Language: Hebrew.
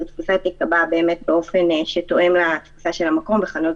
זה יהיה באופן שתואם לתפוסה של המקום ובחנויות